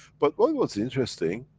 but what was interesting,